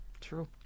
True